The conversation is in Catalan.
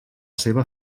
seva